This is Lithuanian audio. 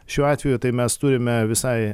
šiuo atveju tai mes turime visai